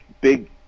big